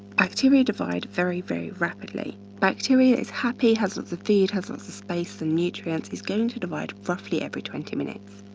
activity divide very, very rapidly. bacteria is happy, has lots of feed, has lots of space and nutrients is going to divide roughly every twenty minutes.